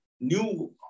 new